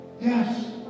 Yes